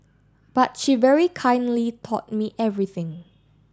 but she very kindly taught me everything